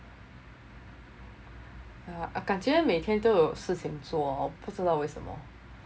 感觉每天都有事情做 hor 不知道为什么